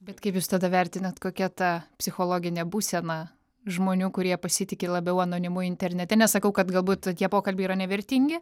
bet kaip jūs tada vertinat kokia ta psichologinė būsena žmonių kurie pasitiki labiau anonimu internete nesakau kad galbūt tie pokalbiai yra nevertingi